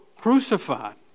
crucified